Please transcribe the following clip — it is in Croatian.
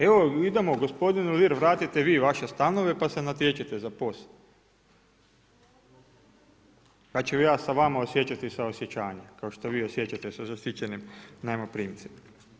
Evo idemo gospodine Uhlir vratite vi vaše stanove pa se natječite za POS, pa ću ja sa vama osjećati sa osjećanjem kao što vi osjećate sa zaštićenim najmoprimcem.